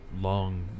long